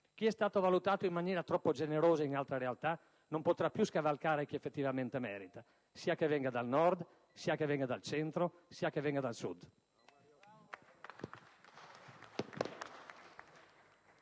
Chi è stato valutato in maniera troppo generosa in altre realtà, non potrà più scavalcare chi effettivamente merita, sia che venga dal Nord, sia che venga dal Centro, sia che venga dal Sud.